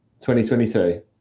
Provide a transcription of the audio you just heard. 2022